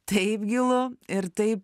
taip gilu ir taip